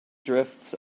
drifts